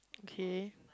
okay